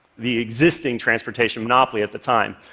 the existing transportation monopoly at the time.